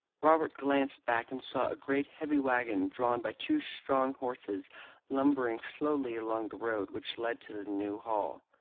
robert glanced back and saw a great heavy waggon drawn by two strong horses lumbering slowly along the road which led to the new hall.